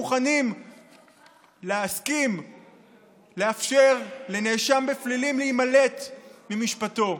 מוכנים להסכים לאפשר לנאשם בפלילים להימלט ממשפטו?